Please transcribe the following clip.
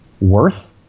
worth